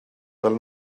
fel